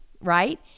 right